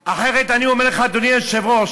אחרת, אני אומר לך, אדוני היושב-ראש,